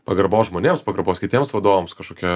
pagarbos žmonėms pagarbos kitiems vadovams kažkokio